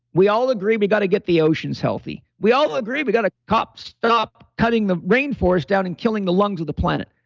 we all agree, we got to get the oceans healthy. we all agree, we got to stop stop cutting the rainforest down and killing the lungs of the planet.